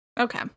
Okay